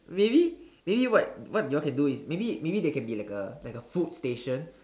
maybe maybe what what y'all can do is maybe maybe they can be like a like a food station